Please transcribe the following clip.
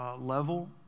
Level